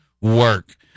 work